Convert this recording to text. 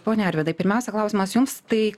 pone arvydai pirmiausia klausimas jums tai